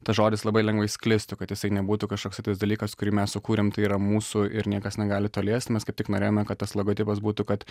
tas žodis labai lengvai sklistų kad jisai nebūtų kažkoks tai tas dalykas kurį mes sukūrėm tai yra mūsų ir niekas negali to liest mes kaip tik norėjome kad tas logotipas būtų kad